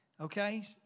Okay